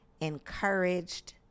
encouraged